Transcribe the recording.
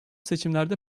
seçimlerde